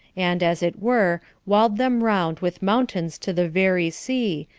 and, as it were, walled them round with mountains to the very sea,